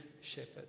shepherd